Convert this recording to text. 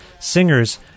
singers